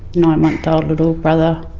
nine-month-old little brother.